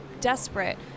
desperate